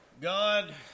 God